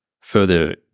further